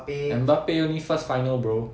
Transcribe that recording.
mbappe only first final bro